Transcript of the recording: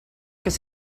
his